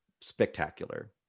spectacular